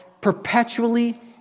perpetually